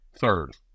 third